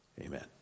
Amen